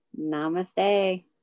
namaste